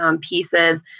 pieces